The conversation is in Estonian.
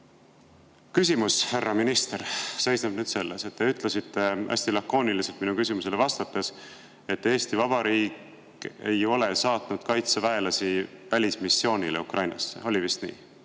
Küsimus, härra minister, seisneb nüüd selles, et te ütlesite hästi lakooniliselt minu küsimusele vastates, et Eesti Vabariik ei ole saatnud kaitseväelasi välismissioonile Ukrainasse. Oli vist